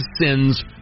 sins